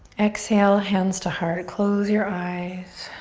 exhale, hands to heart. close your eyes.